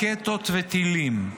רקטות וטילים,